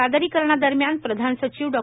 सादरीकरणादरम्यान प्रधान सचिव डॉ